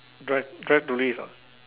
drive drive tourist ah